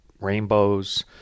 rainbows